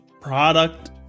product